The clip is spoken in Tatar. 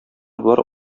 болар